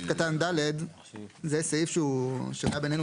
סעיף קטן (ד) הוא סעיף שנראה בעינינו